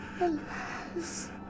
Alas